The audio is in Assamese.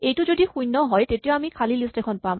এইটো যদি শূণ্য হয় তেতিয়া আমি খালী লিষ্ট এখন পাম